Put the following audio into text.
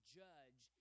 judge